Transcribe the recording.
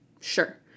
sure